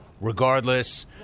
regardless